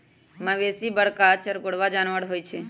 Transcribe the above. मवेशी बरका चरगोरबा जानबर होइ छइ